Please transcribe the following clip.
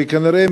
וכנראה,